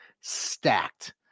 stacked